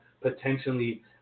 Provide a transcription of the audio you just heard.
potentially